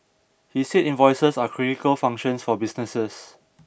he said invoices are critical functions for businesses